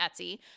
Etsy